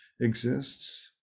exists